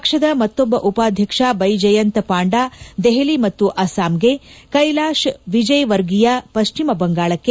ಪಕ್ಷದ ಮತ್ತೊಬ್ಬ ಉಪಾಧ್ಯಕ್ಷ ಬೈಜಯಂತ್ ಪಾಂಡಾ ದೆಹಲಿ ಮತ್ತು ಅಸ್ಲಾಂಗೆ ಕೈಲಾಶ್ ವಿಜಯ್ವರ್ಗಿಯ ಪಶ್ಚಿಮ ಬಂಗಾಳಕ್ಕೆ